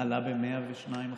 עלה ב-102%.